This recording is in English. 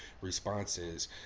responses